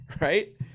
right